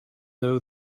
though